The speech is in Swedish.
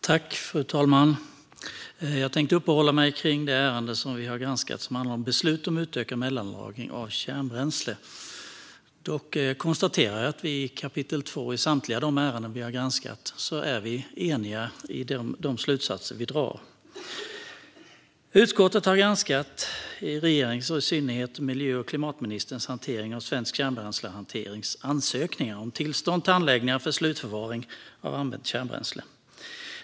Fru talman! Jag tänkte uppehålla mig vid det ärende som vi granskat som handlar om beslut om utökad mellanlagring av använt kärnbränsle. Dock konstaterar jag att vi i kapitel 2 i samtliga de ärenden som vi har granskat är eniga i de slutsatser vi drar. Utskottet har granskat regeringens och i synnerhet miljö och klimatministerns hantering av Svensk Kärnbränslehantering AB:s ansökningar om tillstånd till anläggningar för slutförvaring av använt kärnbränsle.